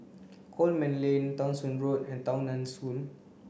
Coleman Lane Townshend Road and Tao Nan School